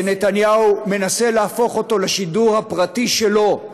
שנתניהו מנסה להפוך אותו לשידור הפרטי שלו,